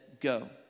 Go